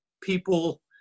People